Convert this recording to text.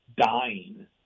dying